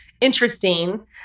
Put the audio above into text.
interesting